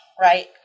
right